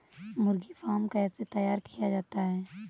मुर्गी फार्म कैसे तैयार किया जाता है?